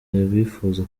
abifuza